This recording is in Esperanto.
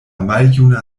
maljuna